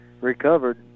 recovered